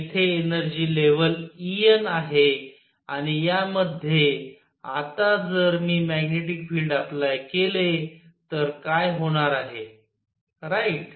येथे energy level En आहे आणि यामध्ये आता जर मी मॅग्नेटिक फिल्ड अप्लाय केले तर काय होणार आहे राईट